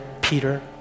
Peter